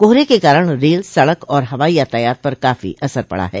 कोहरे के कारण रेल सड़क और हवाई यातायात पर काफी असर पड़ा है